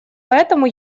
поэтому